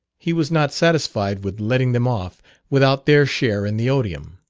he was not satisfied with letting them off without their share in the odium.